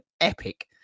epic